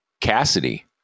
Cassidy